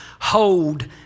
hold